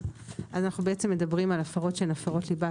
אנחנו בעצם מדברים על הפרות שהן הפרות ליבה,